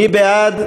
מי בעד?